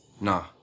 Nah